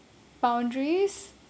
boundaries